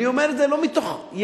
אני אומר את זה לא מתוך ייאוש,